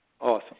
Awesome